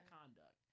conduct